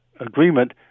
Agreement